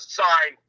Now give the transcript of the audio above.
sign